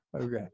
okay